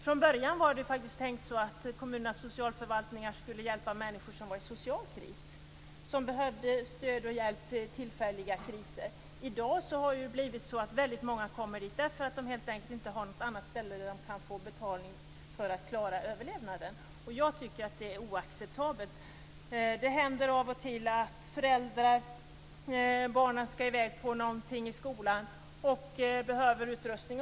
Från början var det tänkt att kommunernas socialförvaltningar skulle hjälpa människor som var i social kris, som behövde stöd och hjälp vid tillfälliga kriser. I dag går många dit därför att det inte finns någon annanstans där de kan få betalning för att klara överlevnaden. Det är oacceptabelt. Det händer av och till att barnen skall i väg på någonting i skolan och behöver utrustning.